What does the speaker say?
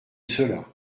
cela